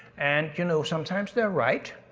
and, you know, sometimes they're right.